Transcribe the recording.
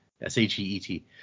S-H-E-E-T